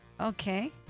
Okay